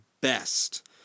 best